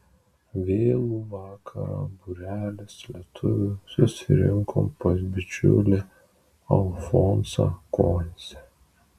vėlų vakarą būrelis lietuvių susirinkom pas bičiulį alfonsą koncę